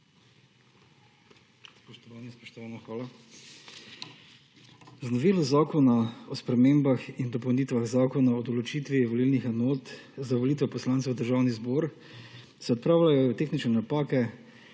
Z novelo zakona o spremembah in dopolnitvah Zakona o določitvi volilnih enot za volitve poslancev v Državni zbor se odpravljajo tehnične napake,